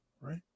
right